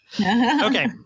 Okay